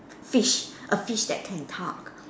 fish a fish that can talk